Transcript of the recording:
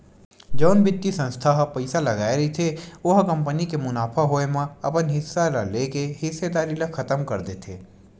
जउन बित्तीय संस्था ह पइसा लगाय रहिथे ओ ह कंपनी के मुनाफा होए म अपन हिस्सा ल लेके हिस्सेदारी ल खतम कर देथे